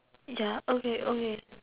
ya okay okay